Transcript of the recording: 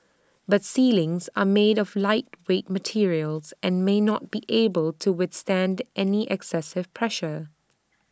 but ceilings are made of lightweight materials and may not be able to withstand any excessive pressure